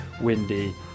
windy